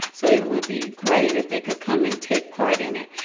so it would be great if they could come and take part in it.